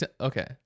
Okay